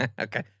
Okay